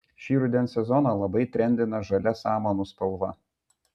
šį rudens sezoną labai trendina žalia samanų spalva